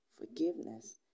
forgiveness